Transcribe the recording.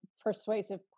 persuasive